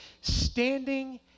standing